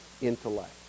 intellect